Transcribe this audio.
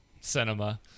cinema